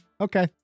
Okay